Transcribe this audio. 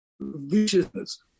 viciousness